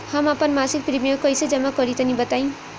हम आपन मसिक प्रिमियम कइसे जमा करि तनि बताईं?